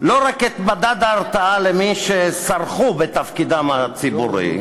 לא רק את מדד ההרתעה למי שסרחו בתפקידם הציבורי,